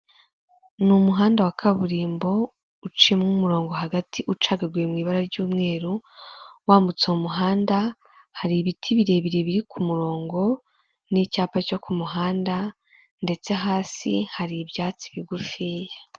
Abagabo batatu aho bicaye umwuka umwe akaba yambaye ikote ry'umukara ndetse akaba yambayemo n'ishati y'ubururu, abandi babiri bakaba bambaye amashati y'mweru, aho buri wese hari akarangururamajwi imbere ye wo hagati akaba ari we uri kuvuga.